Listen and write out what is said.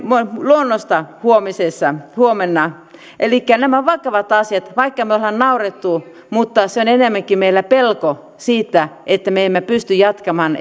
luonnosta huomenna elikkä nämä ovat vakavia asioita ja vaikka me olemme nauraneet niin meillä on enemmänkin pelko siitä että me emme pysty jatkamaan